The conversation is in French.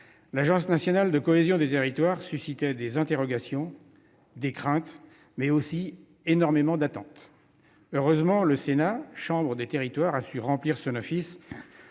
l'Agence nationale de cohésion des territoires suscitait des interrogations, des craintes, elle éveillait aussi énormément d'attentes. Heureusement, le Sénat, chambre des territoires, a su remplir son office